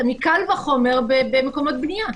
קל וחומר במקומות בנייה.